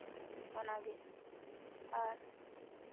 ᱚᱱᱟᱜᱮ ᱟᱨ